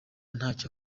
ntacyo